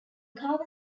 car